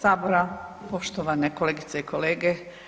Sabora, poštovane kolegice i kolege.